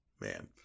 Man